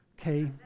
Okay